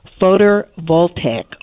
photovoltaic